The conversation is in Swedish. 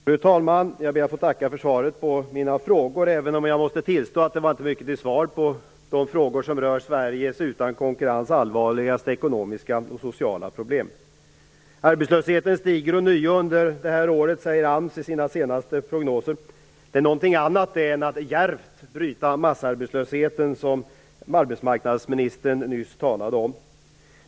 Fru talman! Jag ber att få tacka för svaret på mina frågor. Men jag måste tillstå att det var inte mycket till svar på frågor som rör Sveriges utan konkurrens allvarligaste ekonomiska och sociala problem. Arbetslösheten stiger ånyo under det här året, säger AMS i sina senaste prognoser. Det är något annat än att djärvt bryta massarbetslösheten, som arbetsmarknadsministern nyss talade om.